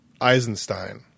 eisenstein